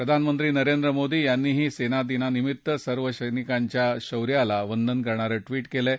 प्रधानमंत्री नरेंद्र मोदी यांनीही सेनादिनानिमित्त सर्व सैनिकांच्या शौर्याला वंदन करणारं ट्विट केलं आहे